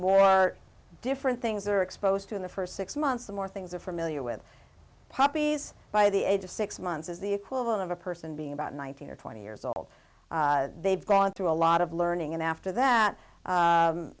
our different things are exposed to in the first six months the more things are familiar with puppies by the age of six months is the equivalent of a person being about nineteen or twenty years old they've gone through a lot of learning and after that